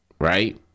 right